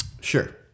sure